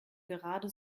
gerade